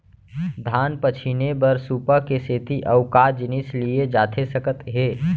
धान पछिने बर सुपा के सेती अऊ का जिनिस लिए जाथे सकत हे?